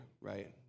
right